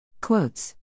Quotes